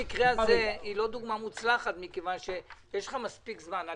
זו לא דוגמה מוצלחת כי יש לך מספיק זמן.